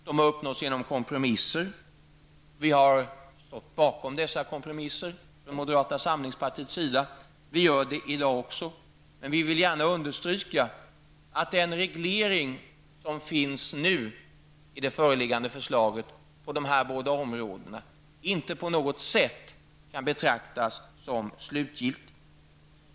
De har uppnåtts genom kompromisser, som vi från moderata samlingsförbundet har stått, och står även i dag, bakom, men vi vill gärna understryka att den reglering som nu föreslås när det gäller dessa båda områden inte på något sätt kan betraktas som slutgiltig.